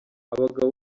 abagabo